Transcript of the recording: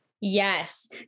Yes